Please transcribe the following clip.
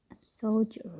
soldier